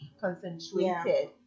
concentrated